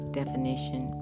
definition